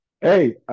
Hey